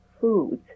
foods